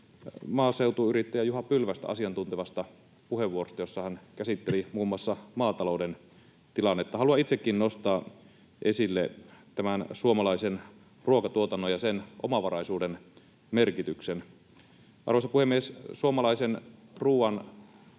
maaseutuyrittäjä Juha Pylvästä asiantuntevasta puheenvuorosta, jossa hän käsitteli muun muassa maatalouden tilannetta. Halua itsekin nostaa esille tämän suomalaisen ruokatuotannon ja sen omavaraisuuden merkityksen. Arvoisa puhemies! Suomalaisen ruoan